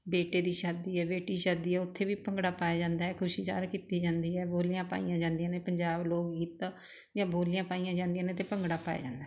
ਬੇਟੇ ਦੀ ਸ਼ਾਦੀ ਹੈ ਬੇਟੀ ਸ਼ਾਦੀ ਹੈ ਉੱਥੇ ਵੀ ਭੰਗੜਾ ਪਾਇਆ ਜਾਂਦਾ ਖੁਸ਼ੀ ਜ਼ਾਹਰ ਕੀਤੀ ਜਾਂਦੀ ਹੈ ਬੋਲੀਆਂ ਪਾਈਆਂ ਜਾਂਦੀਆਂ ਨੇ ਪੰਜਾਬ ਲੋਕ ਗੀਤ ਦੀਆਂ ਬੋਲੀਆਂ ਪਾਈਆਂ ਜਾਂਦੀਆਂ ਨੇ ਅਤੇ ਭੰਗੜਾ ਪਾਇਆ ਜਾਂਦਾ ਹੈ